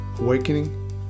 awakening